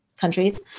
countries